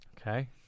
Okay